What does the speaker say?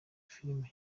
filime